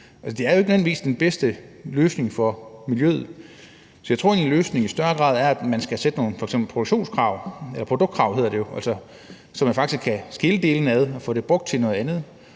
nødvendigvis den bedste løsning for miljøet. Så jeg tror egentlig, at løsningen i større grad er, at man f.eks. skal sætte nogle produktkrav, så man faktisk kan skille delene ad og få dem brugt til noget andet.